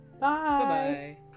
bye